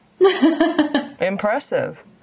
Impressive